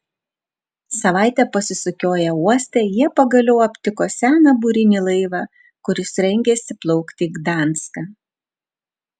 savaitę pasisukioję uoste jie pagaliau aptiko seną burinį laivą kuris rengėsi plaukti į gdanską